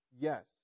yes